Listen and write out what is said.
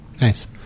Nice